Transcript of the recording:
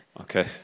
Okay